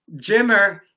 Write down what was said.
Jimmer